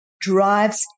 drives